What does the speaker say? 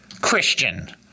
Christian